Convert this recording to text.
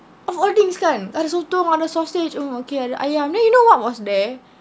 of all things kan ada sotong ada sausage mm okay ada ayam then you know what was there